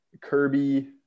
Kirby